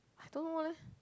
I don't know what leh